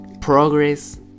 progress